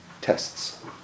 tests